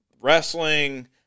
wrestling